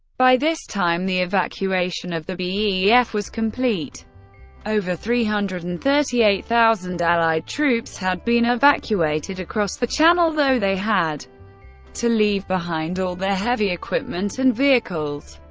by this time the evacuation of the yeah bef was complete over three hundred and thirty eight thousand allied troops had been evacuated across the channel, though they had to leave behind all their heavy equipment and vehicles.